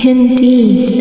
Indeed